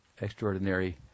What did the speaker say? extraordinary